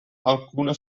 alcune